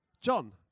John